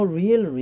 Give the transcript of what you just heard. real